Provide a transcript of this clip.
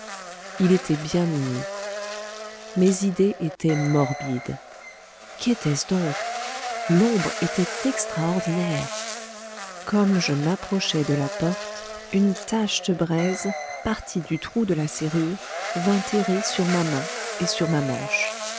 il était bien minuit mes idées étaient morbides qu'était-ce donc l'ombre était extraordinaire comme je m'approchais de la porte une tache de braise partie du trou de la serrure vint errer sur ma main et sur ma manche